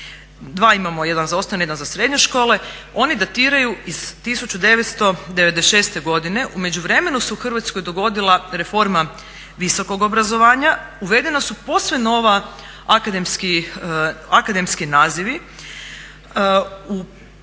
Dva imamo, jedan za osnovne, jedan za srednje škole. Oni datiraju iz 1996. godine. U međuvremenu se u Hrvatskoj dogodila reforma visokog obrazovanja, uvedena su posve novi akademski nazivi.